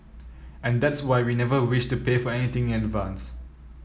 and that's why we never wished to pay for anything in advance